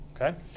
Okay